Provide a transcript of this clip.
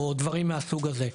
או דברים מהסוג הזה,